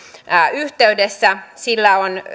yhteydessä sillä on